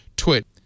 Twit